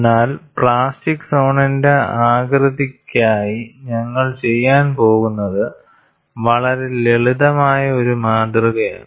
എന്നാൽ പ്ലാസ്റ്റിക് സോണിന്റെ ആകൃതിക്കായിഞങ്ങൾ ചെയ്യാൻ പോകുന്നത് വളരെ ലളിതമായ ഒരു മാതൃകയാണ്